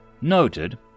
Noted